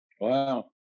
Wow